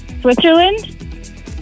Switzerland